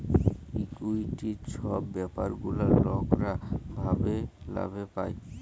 equity ছব ব্যাপার গুলা লকরা লাভে পায়